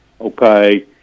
okay